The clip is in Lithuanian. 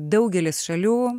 daugelis šalių